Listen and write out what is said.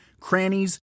crannies